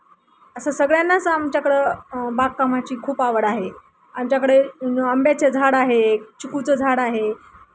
असं सगळ्यांनाच आमच्याकडं बागकामाची खूप आवड आहे आमच्याकडे आंब्याचं झाड आहे चिकूचं झाड आहे